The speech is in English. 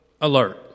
alert